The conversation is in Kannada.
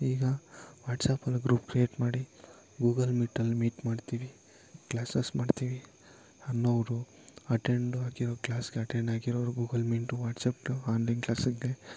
ಈಗ ವಾಟ್ಸ್ಆ್ಯಪಲ್ಲಿ ಗ್ರೂಪ್ ಕ್ರಿಯೇಟ್ ಮಾಡಿ ಗೂಗಲ್ ಮೀಟಲ್ಲಿ ಮೀಟ್ ಮಾಡ್ತೀವಿ ಕ್ಲಾಸಸ್ ಮಾಡ್ತೀವಿ ಅನ್ನೋವ್ರು ಅಟೆಂಡು ಆಗಿರೋ ಕ್ಲಾಸ್ಗೆ ಅಟೆಂಡ್ ಆಗಿರೋರು ಗೂಗಲ್ ಮೀಟು ವಾಟ್ಸ್ಆ್ಯಪ್ಲೊ ಆನ್ಲೈನ್ ಕ್ಲಾಸಿಗೆ